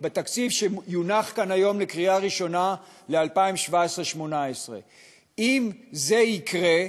בתקציב שיונח כאן היום לקריאה ראשונה ל-2017 2018. אם זה יקרה,